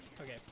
Okay